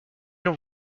l’on